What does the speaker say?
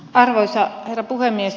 arvoisa herra puhemies